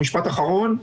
משפט אחרון,